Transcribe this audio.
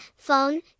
Phone